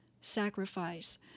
sacrifice